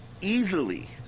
easily